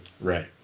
Right